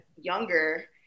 younger